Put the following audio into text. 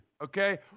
okay